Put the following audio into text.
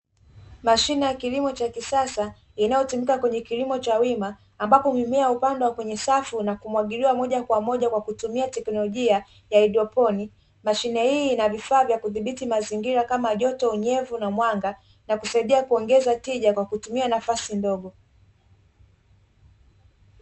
Mshine ya kilimo cha kisasa kinachotumika kwenye kilimo cha wima, ambapo mimea hupandwa kwenye safu na kumwagiliwa moja kwa moja kwa kutumia teknolojia ya "haidroponiki". Mashine hii ina vifaa vya kudhibiti mazingira kama joto, unyevu na mwanga, na kusaidia kuongeza tija kwa kutumia nafasi ndogo.